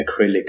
acrylic